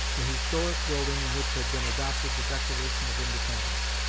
the historic building in which had been adopted the declaration of independence.